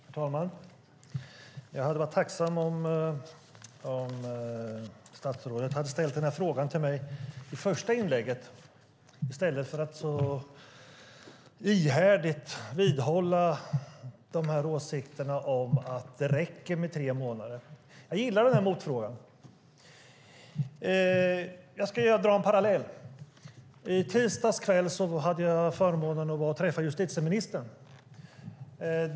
Herr talman! Jag hade varit tacksam om statsrådet hade ställt den frågan till mig i första inlägget i stället för att så ihärdigt vidhålla åsikterna om att det räcker med tre månader. Jag gillar den här motfrågan. Jag ska dra en parallell. I tisdags kväll hade jag förmånen att träffa justitieministern.